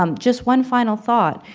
um just one final thought.